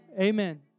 Amen